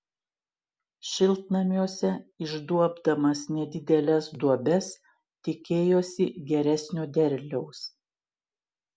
šiltnamiuose išduobdamas nedideles duobes tikėjosi geresnio derliaus